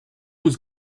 was